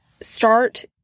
start